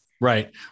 right